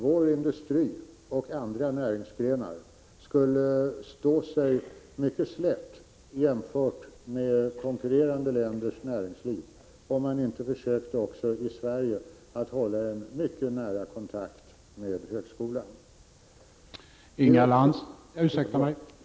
Vår industri och andra näringsgrenar skulle stå sig mycket slätt jämfört med konkurrerande länders näringsliv om man inte också i Sverige försökte att hålla en mycket nära kontakt med högskolan.